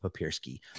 Papirski